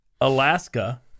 Alaska